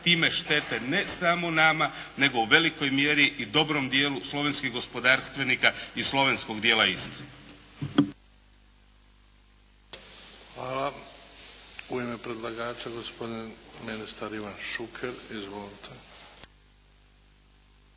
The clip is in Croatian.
time štete ne samo nama nego u velikoj mjeri i dobrom dijelu slovenskih gospodarstvenika i slovenskog dijela Istre. **Bebić, Luka (HDZ)** Hvala. U ime predlagača gospodin ministar Ivan Šuker. Izvolite.